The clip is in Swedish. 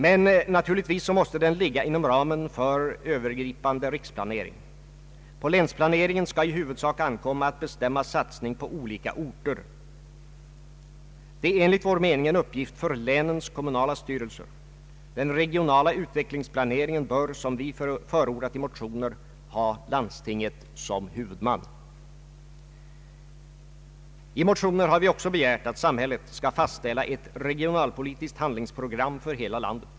Men naturligtvis måste den ligga inom ramen för övergripande riksplanering. På länsplaneringen skall i huvudsak ankomma att bestämma satsning på olika orter. Det är enligt vår mening en uppgift för länens kommunala styrelser. Den regionala utvecklingsplaneringen bör som vi förordat i motioner ha landstinget som huvudman. I motioner har vi också begärt att samhället skall fastställa ett regionalpolitiskt handlingsprogram för hela landet.